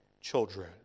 children